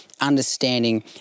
understanding